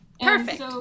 Perfect